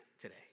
today